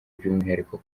by’umwihariko